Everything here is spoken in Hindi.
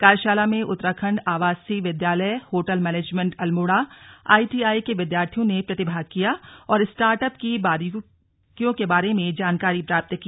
कार्यशाला में उत्तराखण्ड आवासीय विद्यालय होटल मैंनेजमेंट अल्मोड़ा आईटीआई के विद्यार्थियों ने प्रतिभाग किया और र्स्टाट अप की बारीकियों के बारे में जानकारी प्राप्त की